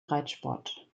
reitsport